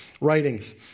writings